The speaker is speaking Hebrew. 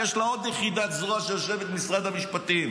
יש לה עוד יחידת זרוע שיושבת במשרד המשפטים,